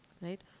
right